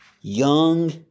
young